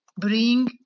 bring